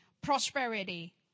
Prosperity